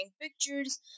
pictures